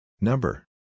Number